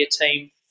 team